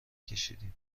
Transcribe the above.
کشیدم